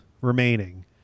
remaining